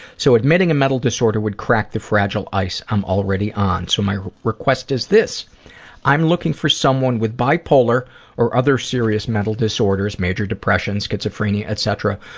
so admitting a mental disorder would crack the fragile ice i'm already on. so, my request is this i'm looking for someone with bipolar or other serious mental disorders major depression, schizophrenia, etc.